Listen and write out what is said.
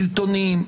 שלטוניים,